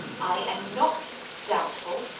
i am not doubtful,